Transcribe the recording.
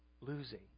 losing